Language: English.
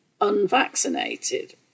unvaccinated